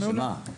שמה?